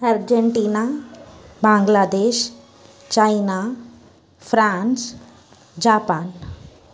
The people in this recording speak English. Argentina Bangladesh China France Japan